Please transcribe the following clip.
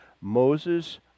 Moses